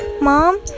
Mom